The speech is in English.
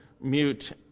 mute